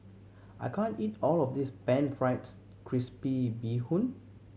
I can't eat all of this pan fries crispy bee hoon